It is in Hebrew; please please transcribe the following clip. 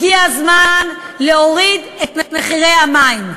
הגיע הזמן להוריד את מחירי המים.